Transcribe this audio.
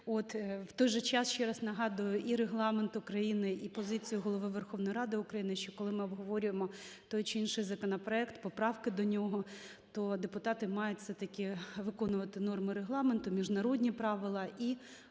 В той же час, ще раз нагадую, і Регламент України, і позицію Голови Верховної Ради України, що коли ми обговорюємо той чи інший законопроект, поправки до нього, то депутати мають все-таки виконувати норму Регламенту, міжнародні правила